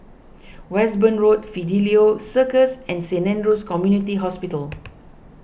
Westbourne Road Fidelio Circus and Saint andrew's Community Hospital